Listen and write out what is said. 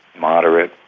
moderate,